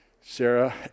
Sarah